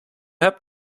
hebt